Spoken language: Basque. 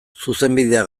zuzenbidea